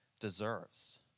deserves